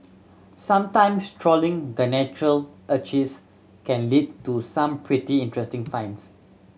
sometimes trawling the Natural Archives can lead to some pretty interesting finds